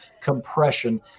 compression